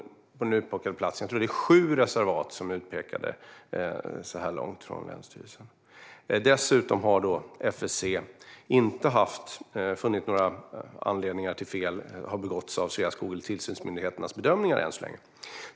Jag tror att länsstyrelsen har pekat ut sju reservat så här långt. Dessutom har FSC inte funnit att något fel har begåtts av Sveaskog eller i tillsynsmyndigheternas bedömningar.